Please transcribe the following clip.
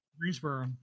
Greensboro